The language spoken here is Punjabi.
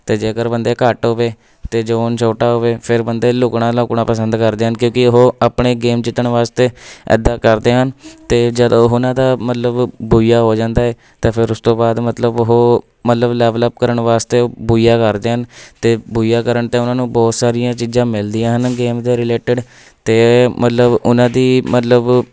ਅਤੇ ਜੇਕਰ ਬੰਦੇ ਘੱਟ ਹੋਵੇ ਅਤੇ ਜ਼ੋਨ ਛੋਟਾ ਹੋਵੇ ਫਿਰ ਬੰਦੇ ਲੁੱਕਣਾ ਲਾਕਣਾ ਪਸੰਦ ਕਰਦੇ ਹਨ ਕਿਉਂਕਿ ਉਹ ਆਪਣੇ ਗੇਮ ਜਿੱਤਣ ਵਾਸਤੇ ਇੱਦਾਂ ਕਰਦੇ ਹਨ ਅਤੇ ਜਦੋਂ ਉਹਨਾਂ ਦਾ ਮਤਲਬ ਬੋਈਆ ਹੋ ਜਾਂਦਾ ਹੈ ਅਤੇ ਫਿਰ ਉਸ ਤੋਂ ਬਾਅਦ ਮਤਲਬ ਉਹ ਮਤਲਬ ਲੈਵਲ ਅੱਪ ਕਰਨ ਵਾਸਤੇ ਬੋਈਆ ਕਰਦੇ ਹਨ ਅਤੇ ਬੋਈਆ ਕਰਨ 'ਤੇ ਉਹਨਾਂ ਨੂੰ ਬਹੁਤ ਸਾਰੀਆਂ ਚੀਜ਼ਾਂ ਮਿਲਦੀਆਂ ਹਨ ਗੇਮ ਦੇ ਰਿਲੇਟਿਡ ਅਤੇ ਮਤਲਬ ਉਹਨਾਂ ਦੀ ਮਤਲਬ